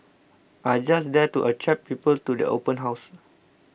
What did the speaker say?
are just there to attract people to the open house